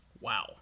Wow